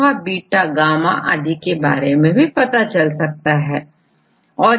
इस तरह इसी प्रोटीन की उपस्थिति मनुष्य या कभी कभी माइकोबैक्टेरियम ट्यूबरकुलोसिस मैंभी हो सकती है डेटाबेस से पता चल जाएगा